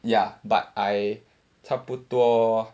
ya but I 差不多